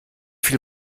viel